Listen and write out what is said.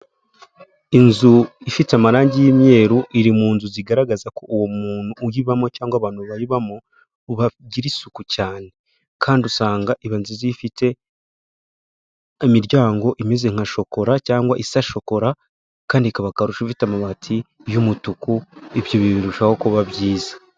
Inzu ifite amarange y'imyeru iri mu nzu zigaragaza ko uwo muntu uyibamo cyangwa abantu bayibamo bagira isuku cyane, kandi usanga iba nziza iyo ifite imiryango imeze nka shokora cyangwa isa shokora, kandi ikaba akarusha ufite amabati y'umutuku, ibyo birushaho kuba byiza.